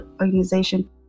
organization